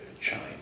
China